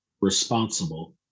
responsible